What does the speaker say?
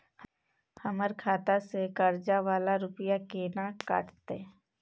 हमर खाता से कर्जा वाला रुपिया केना कटते?